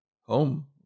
home